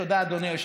תודה רבה, אדוני.